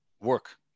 work